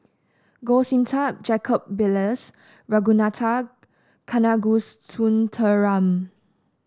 Goh Sin Tub Jacob Ballas Ragunathar Kanagasuntheram